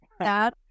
dad